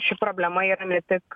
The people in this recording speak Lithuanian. ši problema yra ne tik